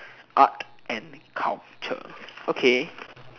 art and culture okay